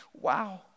wow